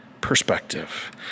perspective